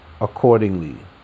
accordingly